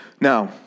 Now